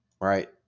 Right